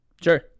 Sure